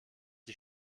die